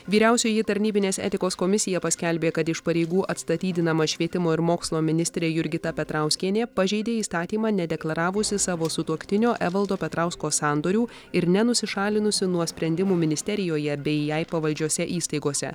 vyriausioji tarnybinės etikos komisija paskelbė kad iš pareigų atstatydinama švietimo ir mokslo ministrė jurgita petrauskienė pažeidė įstatymą nedeklaravusi savo sutuoktinio evaldo petrausko sandorių ir nenusišalinusi nuo sprendimų ministerijoje bei jai pavaldžiose įstaigose